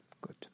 Good